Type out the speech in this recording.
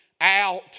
out